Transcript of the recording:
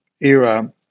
era